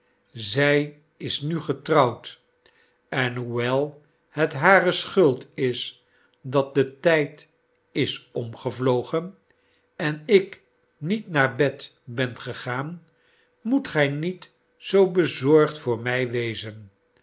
zij is nu getrouwd en hoewel het hare schuld is dat de tijd is omgevlogen en ik niet naar bed ben gegaan moet gij niet zoo bezargd voor mij wezen